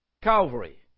Calvary